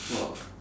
!wah!